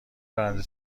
راننده